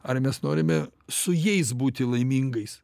ar mes norime su jais būti laimingais